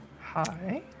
Hi